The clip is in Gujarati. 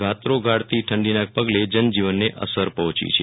ગાત્રો ગાળતી ઠંડોના પગલે જનજીવનને અસર પહોંચી છે